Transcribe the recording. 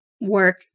work